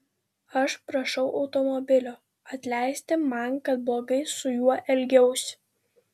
aš prašau automobilio atleisti man kad blogai su juo elgiausi